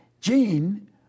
Gene